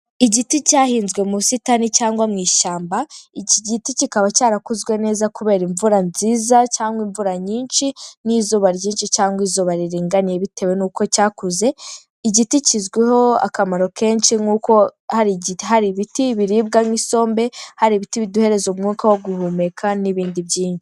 Igiti cyahinzwe mu busitani cyangwa mu ishyamba, iki giti kikaba cyarakozwe neza kubera imvura nziza cyangwa imvura nyinshi, n'izuba ryinshi cyangwa izuba riringaniye bitewe n'uko cyakuze, igiti kizwiho akamaro kenshi nkuko hari ibiti biribwa nk'isombe, hari ibiti biduhereza umwuka wo guhumeka n'ibindi byinshi.